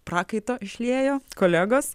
prakaito išliejo kolegos